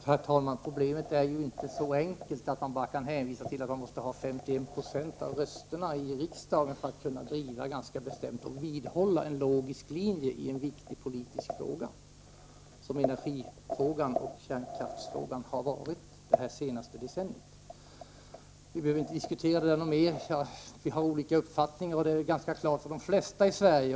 Herr talman! Problemet är ju inte så enkelt att man bara kan hänvisa till att man måste ha 51 20 av rösterna i valet för att kunna bestämt driva och vidhålla en logisk linje i en viktig politisk fråga, som energifrågan och kärnkraftsfrågan har varit det senaste decenniet. Vi behöver inte diskutera detta mer — vi har olika uppfattningar, och det är ganska klart för de flesta i Sverige.